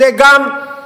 זה גם,